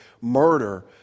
murder